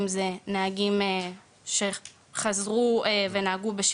אם זה נהגים שחזרו ונהגו בשכרות.